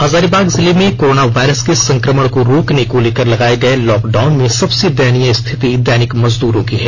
हजारीबाग जिले में corona virus के संक्रमण को रोकने को लेकर लगाए गए लॉक डाउन में सबसे दयनीय स्थिति दैनिक मजदूरो की है